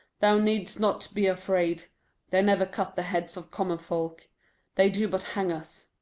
thou need'st not be afraid they never cut the heads of common folk they do but hang us.